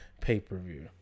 pay-per-view